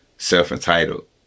self-entitled